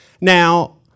Now